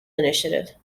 initiative